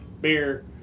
beer